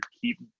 keep